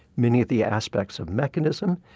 many of the aspects of mechanism,